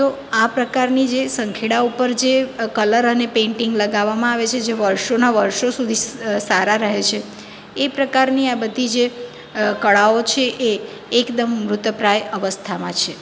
તો આ પ્રકારની જે સંખેડા ઉપર જે કલર અને પેંટિંગ લગાવવામાં આવે છે જે વર્ષોના વર્ષો સુધી સ સારા રહે છે એ પ્રકારની આ બધી જે કળાઓ છે એ એકદમ મૃતપ્રાય અવસ્થામાં છે